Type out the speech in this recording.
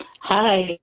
Hi